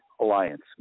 alliance